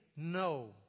No